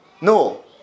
No